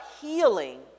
healing